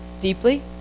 deeply